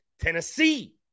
Tennessee